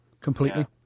Completely